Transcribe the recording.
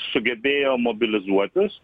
sugebėjo mobilizuotis